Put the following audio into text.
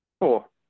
Cool